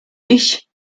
ich